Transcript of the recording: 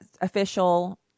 official